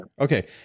Okay